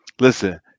Listen